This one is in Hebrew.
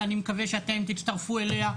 ואני מקווה שאתם תצטרפו אליה,